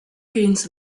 gains